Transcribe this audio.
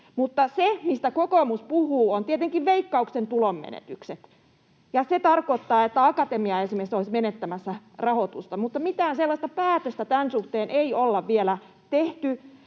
se, mistä kokoomus puhuu, on tietenkin Veikkauksen tulonmenetykset. Se tarkoittaa, että esimerkiksi Akatemia olisi menettämässä rahoitusta, mutta mitään sellaista päätöstä tämän suhteen ei ole vielä tehty.